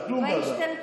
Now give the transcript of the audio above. זה כלום, ועדה.